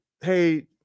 hey